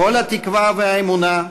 קול התקווה והאמונה,